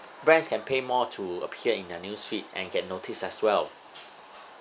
brands can pay more to appear in their news feed and get noticed as well